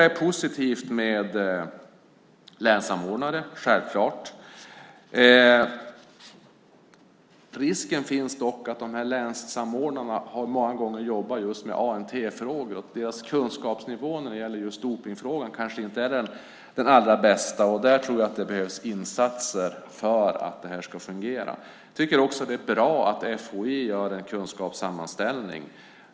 Det är självklart positivt med länssamordnare. Risken finns dock att länssamordnarna många gånger jobbar just med ANT-frågor och att deras kunskapsnivå när det gäller dopningsfrågan inte är den allra bästa. Jag tror att det behövs insatser för att detta ska fungera. Det är bra att FHI gör en kunskapssammanställning.